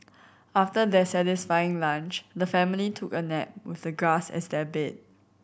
after their satisfying lunch the family took a nap with the grass as their bed